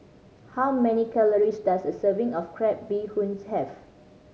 how many calories does a serving of crab bee hoon have